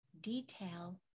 detail